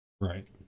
right